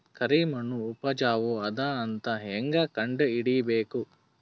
ಕರಿಮಣ್ಣು ಉಪಜಾವು ಅದ ಅಂತ ಹೇಂಗ ಕಂಡುಹಿಡಿಬೇಕು?